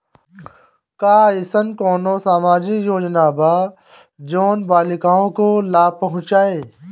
का अइसन कोनो सामाजिक योजना बा जोन बालिकाओं को लाभ पहुँचाए?